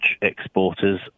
exporters